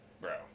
Bro